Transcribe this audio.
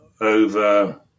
over